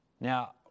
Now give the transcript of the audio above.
Now